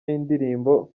y’indirimbo